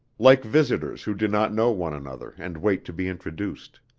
like visitors who do not know one another and wait to be introduced.